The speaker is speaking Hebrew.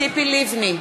ציפי לבני,